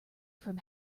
from